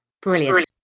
Brilliant